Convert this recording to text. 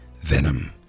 Venom